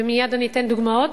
ומייד אתן דוגמאות.